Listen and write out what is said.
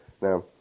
Now